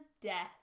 death